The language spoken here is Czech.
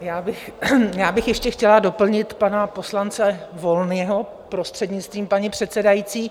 Já bych ještě chtěla doplnit pana poslance Volného, prostřednictvím paní předsedající.